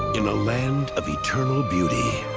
in a land of eternal beauty